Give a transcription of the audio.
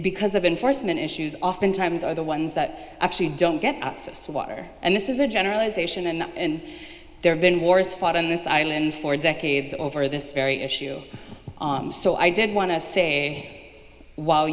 because of enforcement issues oftentimes are the ones that actually don't get access to water and this is a generalization and in there have been wars fought on this island for decades over this very issue so i did want to say w